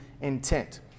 intent